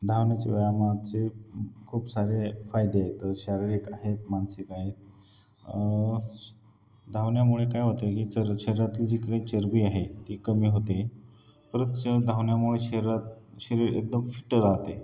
धावण्याच्या व्यायामाचे खूप सारे फायदे आहेत शारीरिक आहेत मानसिक आहेत धावण्यामुळे काय होतं आहे की च शरीरातली जी काही चरबी आहे ती कमी होते परत धावण्यामुळे शरीरात शरीर एकदम फिट राहते